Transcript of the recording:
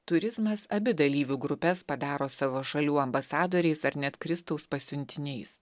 turizmas abi dalyvių grupes padaro savo šalių ambasadoriais ar net kristaus pasiuntiniais